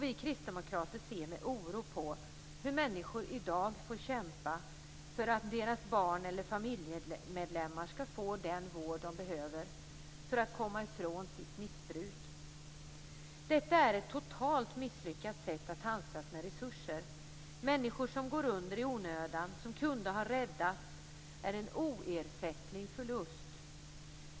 Vi kristdemokrater ser med oro på hur människor i dag får kämpa för att deras barn eller familjemedlemmar skall få den vård de behöver för att komma ifrån sitt missbruk. Detta är ett totalt misslyckat sätt att handskas med resurser. Människor som går under i onödan och som kunde ha räddats är en oersättlig förlust.